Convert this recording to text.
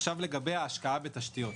עכשיו לגבי ההשקעה בתשתיות.